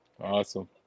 awesome